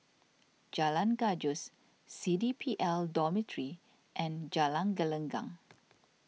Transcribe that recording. Jalan Gajus C D P L Dormitory and Jalan Gelenggang